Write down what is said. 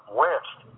west